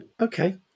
Okay